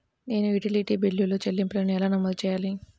నేను utility bill చెల్లింపులను ఎలా నమోదు చేయాలి?